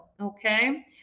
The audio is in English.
okay